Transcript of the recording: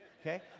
Okay